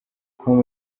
com